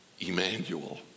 Emmanuel